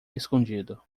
escondido